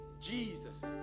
Jesus